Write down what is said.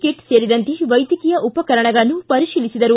ಕೀಟ್ ಸೇರಿದಂತೆ ವೈದ್ಯಕೀಯ ಉಪಕರಣಗಳನ್ನು ಪರಿಶೀಲಿಸಿದರು